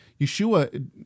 Yeshua